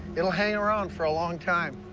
it'll hang around for a long time.